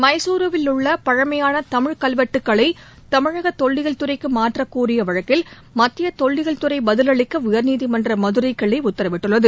மைசூருவில் உள்ள பழமையான தமிழ் கல்வெட்டுக்களை தமிழகத் தொல்லியல் துறைக்கு மாற்றக்கோரிய வழக்கில் மத்திய தொல்லியல் துறை பதிலளிக்க உயர்நீதிமன்ற மதுரைக் கிளை உத்தரவிட்டுள்ளது